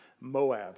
Moab